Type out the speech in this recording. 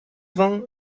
vain